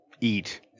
eat